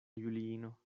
juliino